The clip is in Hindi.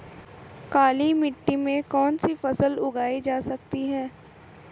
काली मिट्टी में कौनसी फसल उगाई जा सकती है?